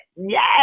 Yes